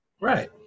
Right